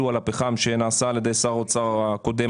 על הפחם שנעשה על ידי שר האוצר הקודם,